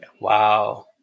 Wow